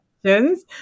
questions